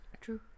True